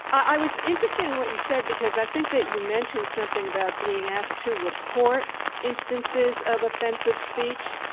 i was interested in what you said because i think that you mentioned something about being asked to report instances of offensive speech.